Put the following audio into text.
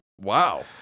Wow